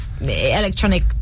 electronic